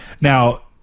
Now